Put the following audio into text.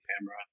camera